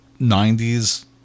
90s